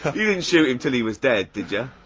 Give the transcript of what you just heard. you didn't shoot him till he was dead, didja?